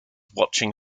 watching